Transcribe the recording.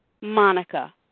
Monica